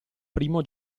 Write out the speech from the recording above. primo